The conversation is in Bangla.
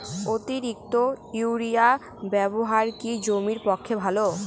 অতিরিক্ত ইউরিয়া ব্যবহার কি জমির পক্ষে ভালো?